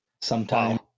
sometime